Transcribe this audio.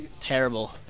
terrible